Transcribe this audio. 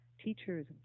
Teachers